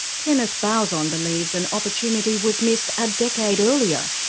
kenneth bauzon believes an opportunity was missed a decade earlier,